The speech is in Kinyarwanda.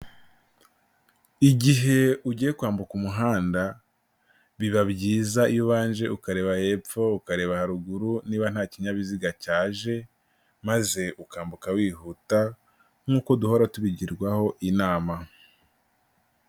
Igihe ugiye kwambuka umuhanda biba byiza iyo ubanje ukareba hepfo ukareba haruguru niba nta kinyabiziga cyaje maze ukambuka wihuta nk'uko duhora tubigirwaho inama.